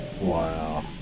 Wow